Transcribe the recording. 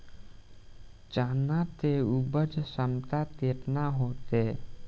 चना के उपज क्षमता केतना होखे?